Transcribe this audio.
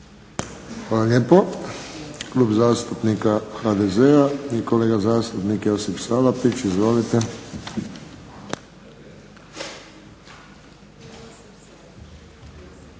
Hvala lijepo. Klub zastupnika HDZ-a i kolega zastupnik Josip Salapić. Izvolite.